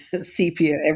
sepia